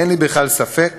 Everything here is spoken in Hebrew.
אין לי בכלל ספק